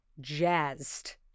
jazzed